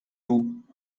vous